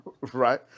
Right